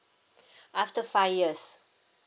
after five years